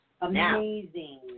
Amazing